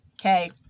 Okay